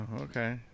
okay